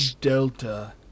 Delta